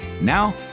Now